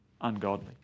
ungodly